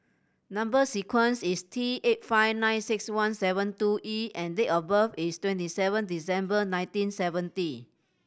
number sequence is T eight five nine six one seven two E and date of birth is twenty seven December nineteen seventy